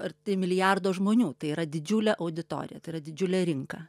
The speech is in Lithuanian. arti milijardo žmonių tai yra didžiulė auditorija tai yra didžiulė rinka